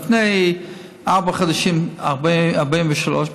לפני ארבעה חודשים 43,